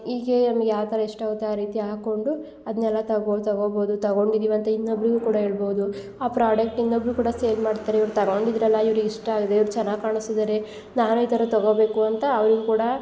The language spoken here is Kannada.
ಹೀಗೆ ನಮ್ಗೆ ಯಾವ ಥರ ಇಷ್ಟ ಆಗುತ್ತೆ ಆ ರೀತಿ ಹಾಕೊಂಡು ಅದ್ನೆಲ್ಲ ತಗೊ ತಗೊಬೋದು ತಗೊಂಡಿದ್ದೀವಿ ಅಂತ ಇನ್ನೊಬ್ಬರಿಗು ಕೂಡ ಹೇಳ್ಬೋದು ಆ ಪ್ರಾಡಕ್ಟ್ ಇನ್ನೊಬ್ಬರು ಕೂಡ ಸೇಲ್ ಮಾಡ್ತಾರೆ ಇವ್ರು ತಗೊಂಡಿದ್ರಲ್ಲ ಇವ್ರಿಗೆ ಇಷ್ಟ ಆಗಿದೆ ಇವ್ರು ಚೆನ್ನಾಗಿ ಕಾಣಸ್ತಿದ್ದಾರೆ ನಾನು ಈ ಥರ ತಗೊಬೇಕು ಅಂತ ಅವ್ರಿಗೆ ಕೂಡ